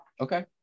Okay